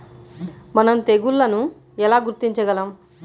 మనం తెగుళ్లను ఎలా గుర్తించగలం?